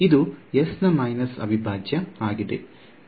ಇದು s ನ minus ಅವಿಭಾಜ್ಯ ಆಗಿದೆ